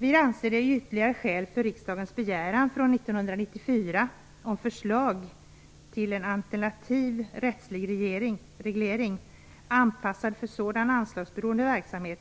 Vi anser att det är ytterligare skäl för att riksdagens begäran från 1994 om förslag till en alternativ rättslig reglering, anpassad för sådan anslagsberoende verksamhet